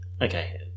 okay